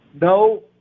No